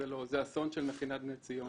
זה אסון של מכינת בני ציון.